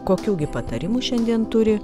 kokių gi patarimų šiandien turi